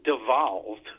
devolved